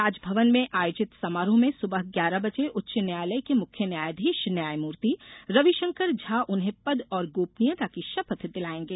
राजभवन में आयोजित समारोह में सुबह ग्यारह बजे उच्च न्यायालय के मुख्य न्यायाधीश न्यायमूर्ति रविशंकर झा उन्हें पद और गोपनीयता की शपथ दिलायेंगे